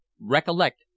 Recollect